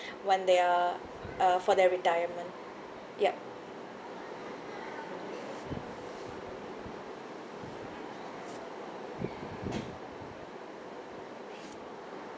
when they're uh for their retirement yup